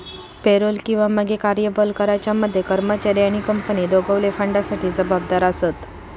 payroll किंवा मगे कर्यबल कराच्या मध्ये कर्मचारी आणि कंपनी दोघवले फंडासाठी जबाबदार आसत